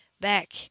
back